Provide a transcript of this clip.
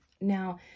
Now